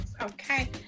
okay